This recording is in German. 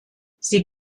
sie